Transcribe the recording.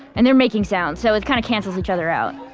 and they're making sound, so it kind of cancels each other out.